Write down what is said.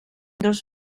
dos